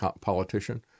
politician